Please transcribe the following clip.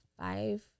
five